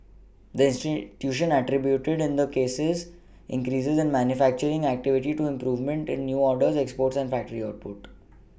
the institution attributed then the cases in cases that manufacturing activity to improvements in new orders exports and factory output